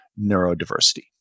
neurodiversity